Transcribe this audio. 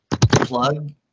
plug